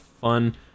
fun